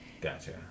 Gotcha